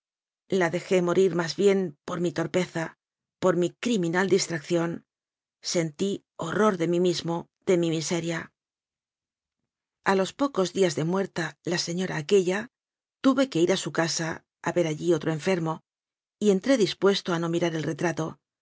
la dejé morir más bien por mi torpeza por mi criminal distracción sentí horror de mí mismo de mi miseria a los pocos días de muerta la señora aquea tuve que ir a su casa a ver allí otro en fermo y entré dispuesto a no mirar al retrato